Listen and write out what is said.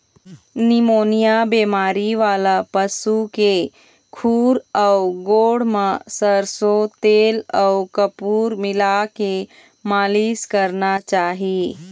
pneumonia बेमारी वाला पशु के खूर अउ गोड़ म सरसो तेल अउ कपूर मिलाके मालिस करना चाही